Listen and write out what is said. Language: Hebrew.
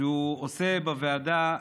שהוא עושה בוועדה,